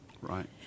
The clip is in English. Right